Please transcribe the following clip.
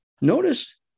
Notice